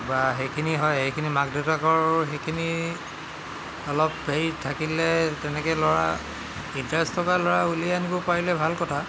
বা সেইখিনি হয় সেইখিনি মাক দেউতাকৰো সেইখিনি অলপ হেৰি থাকিলে তেনেকৈ ল'ৰা ইটাৰছ থকা ল'ৰা উলিয়াই আনিব পাৰিলে ভাল কথা